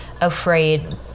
afraid